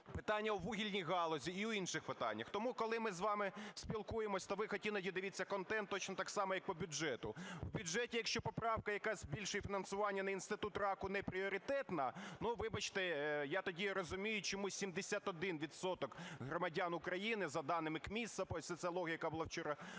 питання у вугільній галузі і у інших питаннях? Тому, коли ми з вами спілкуємося, то ви хоч іноді дивіться контент, точно так само, як по бюджету. В бюджеті, якщо поправка якась збільшує фінансування на Інституту раку, не пріоритетна, ну, вибачте, я тоді розумію, чому 71 відсоток громадян України за даними КМІС, соціологія, яка була вчора опублікована,